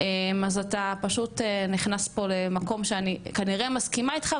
אז אתה פשוט נכנס פה למקום שאני כנראה מסכימה איתך,